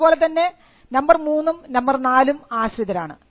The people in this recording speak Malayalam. ഇതുപോലെതന്നെ എന്നെ നമ്പർ 3 ഉം നമ്പർ 4 ഉം ആശ്രിതരാണ്